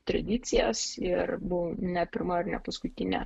tradicijas ir buvau ne pirma ir ne paskutinė